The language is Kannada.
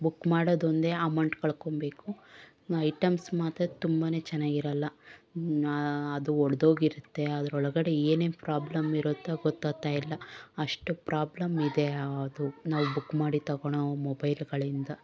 ಬುಕ್ ಮಾಡೋದೊಂದೇ ಅಮೌಂಟ್ ಕಳ್ಕೊಳ್ಬೇಕು ಐಟಮ್ಸ್ ಮಾತ್ರ ತುಂಬನೇ ಚೆನ್ನಾಗಿರಲ್ಲ ನ ಅದು ಒಡೆದೋಗಿರತ್ತೆ ಅದರೊಳಗಡೆ ಏನೇನು ಪ್ರಾಬ್ಲಮ್ಮಿರುತ್ತೋ ಗೊತ್ತಾಗ್ತಾಯಿಲ್ಲ ಅಷ್ಟು ಪ್ರಾಬ್ಲಮ್ಮಿದೆ ಅದು ನಾವು ಬುಕ್ ಮಾಡಿ ತಗೊಳ್ಳೋ ಮೊಬೈಲುಗಳಿಂದ